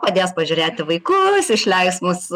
padės pažiūrėti vaikus išleis mus